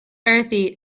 earthy